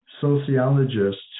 sociologists